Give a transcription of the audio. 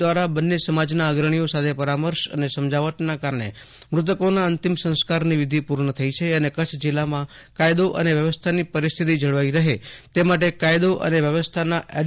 દ્વારા બન્ને સમાજના અગ્રણિઓ સાથે પરામર્શ અને સમજાવટને કારણે મૂતકોના અંતિમ સંસ્કારની વિધિ પુર્ણ થઇ છે અને કચ્છ જિલ્લામાં કાયદો અને વ્યવસ્થાની પરિસ્થિતિ જળવાઇ રહે તે માટે કાયદો અને વ્યવસ્થાના એડી